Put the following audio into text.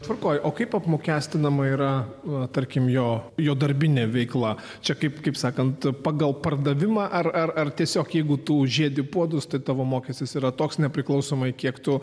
tvarkoje o kaip apmokestinama yra va tarkim jo jo darbinė veikla čia kaip kaip sakant pagal pardavimą ar ar tiesiog jeigu tu žiedi puodus tai tavo mokestis yra toks nepriklausomai kiek tu